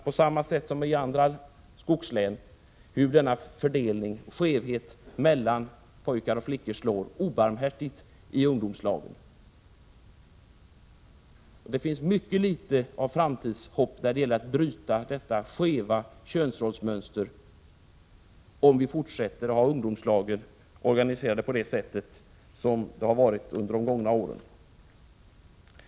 På samma sätt som i andra skogslän ser man där hur denna skeva fördelning mellan pojkar och flickor slår obarmhärtigt i ungdomslagen. Det finns mycket litet av framtidshopp när det gäller att bryta detta skeva könsrollsmönster om vi fortsätter att ha ungdomslagen organiserade på samma sätt som under de gångna åren.